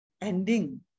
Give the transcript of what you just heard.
ending